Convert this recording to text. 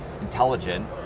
intelligent